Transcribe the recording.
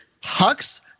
Hux